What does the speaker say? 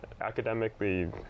academically